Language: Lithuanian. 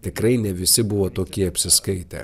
tikrai ne visi buvo tokie apsiskaitę